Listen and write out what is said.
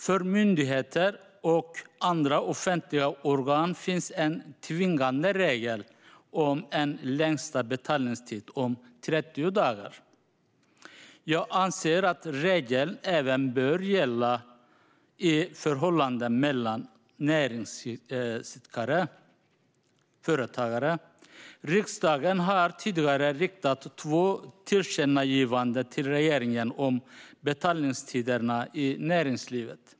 För myndigheter och andra offentliga organ finns en tvingande regel om en längsta betaltid om 30 dagar. Jag anser att regeln även bör gälla i förhållanden mellan företagare. Riksdagen har tidigare riktat två tillkännagivanden till regeringen om betaltiderna i näringslivet.